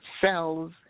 cells